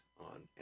on